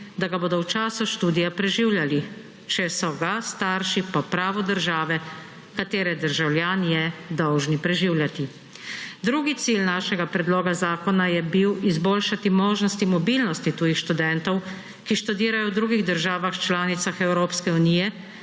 da ga bodo v času študija preživljali. Če so ga starši, pa pravo države, katere državljan je dolžni preživljati. Drugi cilj našega predloga zakona je bil izboljšati možnosti mobilnosti tujih študentov, ki študirajo v drugih državah članicah Evropske unije